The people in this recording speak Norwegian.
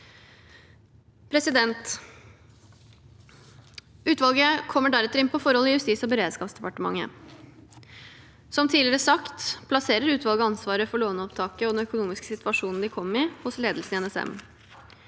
prosessen.» Utvalget kommer deretter inn på forhold i Justis- og beredskapsdepartementet. Som tidligere sagt plasserer utvalget ansvaret for låneopptaket og den økonomiske situasjonen de kom i, hos ledelsen i NSM.